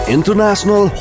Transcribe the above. International